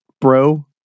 bro